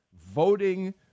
voting